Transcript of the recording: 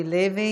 מיקי לוי,